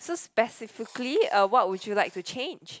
so specifically uh what would you like to change